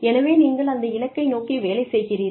எனவே நீங்கள் அந்த இலக்கை நோக்கி வேலை செய்கிறீர்கள்